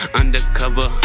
undercover